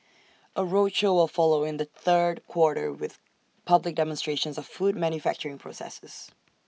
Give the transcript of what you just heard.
A roadshow will follow in the third quarter with public demonstrations of food manufacturing processes